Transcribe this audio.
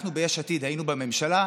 ביש עתיד היינו בממשלה,